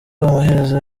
amaherezo